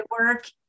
work